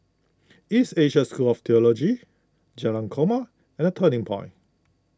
East Asia School of theology Jalan Korma and the Turning Point